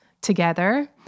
together